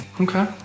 Okay